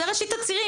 זה ראשית הצירים,